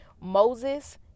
Moses